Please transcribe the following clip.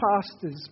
pastors